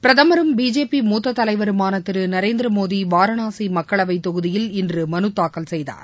பிரதமரும் பிஜேபி மூத்ததலைவருமானதிருநரேந்திரமோடிவாராணாசிமக்களவைத் தொகுதியில் இன்றுமனுதாக்கல் செய்தார்